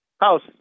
house